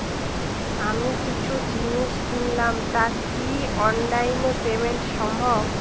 আমি কিছু জিনিস কিনলাম টা কি অনলাইন এ পেমেন্ট সম্বভ?